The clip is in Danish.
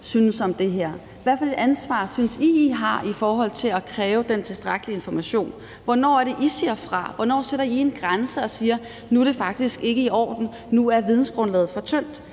synes om det her. Hvad for et ansvar synes I, I har i forhold til at kræve den tilstrækkelige information? Hvornår er det, I siger fra? Hvornår sætter I en grænse og siger, at nu er det faktisk ikke i orden; nu er vidensgrundlaget for tyndt?